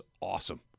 awesome